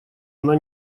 она